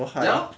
ya loh